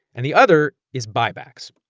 and the other is buybacks.